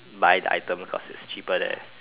buy the item cause it's cheaper there